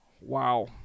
wow